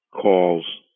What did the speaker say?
calls